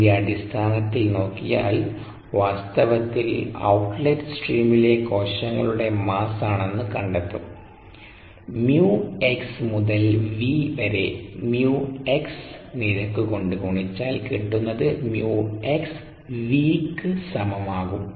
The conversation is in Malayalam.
ഇതിൻറെ അടിസ്ഥാനത്തിൽ നോക്കിയാൽ വാസ്തവത്തിൽ ഔട്ട്ലെറ്റ് സ്ട്രീമിലെ കോശങ്ങളുടെ മാസാണെന്നു കണ്ടെത്തുംμ x മുതൽ V വരെ μ x നിരക്ക് കൊണ്ട് ഗുണിച്ചാൽ കിട്ടുന്നത് μxV ക്ക് സമമാകും